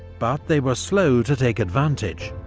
but they were slow to take advantage.